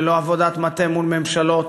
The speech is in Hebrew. ללא עבודת מטה מול ממשלות,